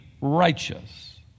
righteous